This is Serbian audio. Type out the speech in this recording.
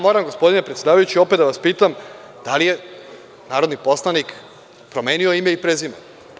Moram gospodine predsedavajući opet da vas pitam da li je narodni poslanik promenio ime i prezime?